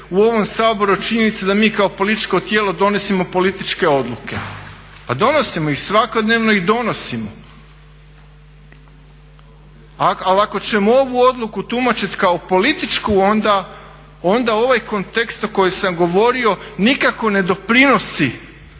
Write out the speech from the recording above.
u ovom Saboru od činjenice da mi kao političko tijelo donosimo političke odluke. Pa donosimo ih, svakodnevno ih donosimo. Ali ako ćemo ovu odluku tumačit kao političku onda ovaj kontekst o kojem sam govorio nikako ne doprinosi